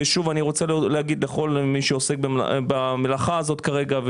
ושוב אני רוצה להגיד לכל מי שעוסק במלאכה הזאת כרגע,